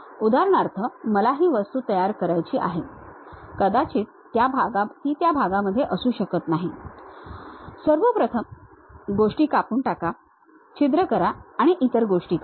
उदाहरणार्थ मला ही वस्तू तयार करायची आहे कदाचित ती त्या भागामध्ये असू शकत नाही सर्व प्रथम गोष्टी कापून टाका छिद्र करा आणि इतर गोष्टी करा